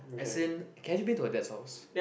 as in have you been to her dad's house